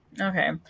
Okay